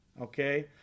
okay